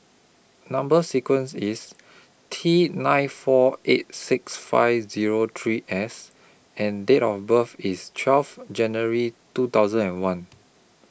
Number sequence IS T nine four eight six five Zero three S and Date of birth IS twelve January two thousand and one